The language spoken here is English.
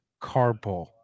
Carpool